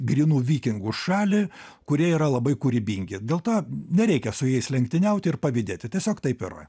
grynų vikingų šalį kurie yra labai kūrybingi dėl to nereikia su jais lenktyniauti ir pavydėti tiesiog taip yra